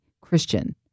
Christian